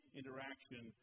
interaction